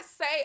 say